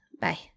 bye